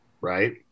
right